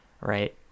right